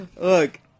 Look